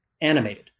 animated